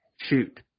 shoot